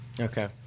Okay